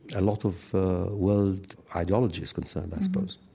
a lot of world ideology is concerned, i suppose.